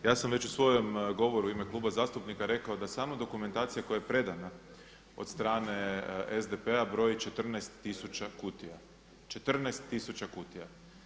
Ja sam već u svojem govoru u ime kluba zastupnika rekao da samo dokumentacija koja je predana od strane SDP-a broji 14000 kutija, 14000 kutija.